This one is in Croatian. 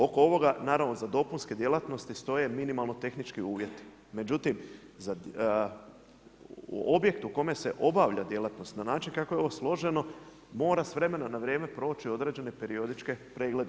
Oko ovoga za dopunske djelatnosti stoje minimalno tehnički uvjeti, međutim objekt u kome se obavlja djelatnost na način kako je ovo složeno mora s vremena na vrijeme proći određene periodičke preglede.